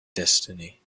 destiny